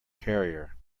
carrier